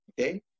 Okay